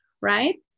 Right